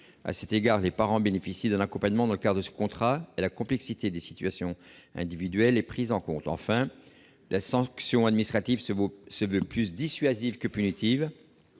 À cet égard, les parents bénéficient d'un accompagnement dans le cadre de ce contrat, et la complexité des situations individuelles est prise en compte. La sanction administrative se veut plus dissuasive que punitive.